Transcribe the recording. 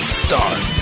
start